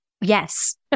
Yes